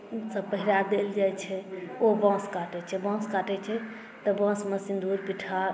सभ पहिरा देल जाइत छै ओ बाँस काटैत छै बाँस काटैत छै तऽ बाँसमे सिन्दूर पिठार